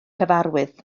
cyfarwydd